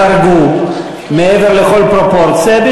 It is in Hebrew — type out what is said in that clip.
חרגו מעבר לכל פרופורציה,